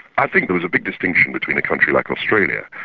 i think there was a big distinction between a country like australia,